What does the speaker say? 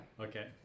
Okay